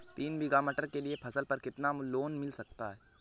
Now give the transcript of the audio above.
तीन बीघा मटर के लिए फसल पर कितना लोन मिल सकता है?